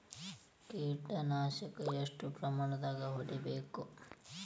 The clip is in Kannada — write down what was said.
ಕೇಟ ನಾಶಕ ಎಷ್ಟ ಪ್ರಮಾಣದಾಗ್ ಹೊಡಿಬೇಕ?